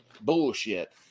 bullshit